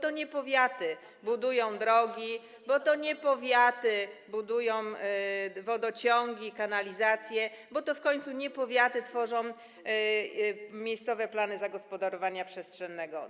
To nie powiaty budują drogi, to nie powiaty budują wodociągi, kanalizację, a w końcu to nie powiaty tworzą miejscowe plany zagospodarowania przestrzennego.